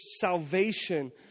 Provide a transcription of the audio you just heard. salvation